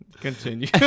continue